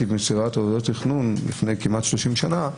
למסירת עבודות תכנון לפני כמעט 30 שנה,